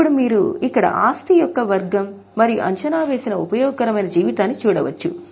ఇప్పుడు మీరు ఇక్కడ ఆస్తి యొక్క వర్గం మరియు అంచనా వేసిన ఉపయోగకరమైన జీవితాన్ని చూడవచ్చు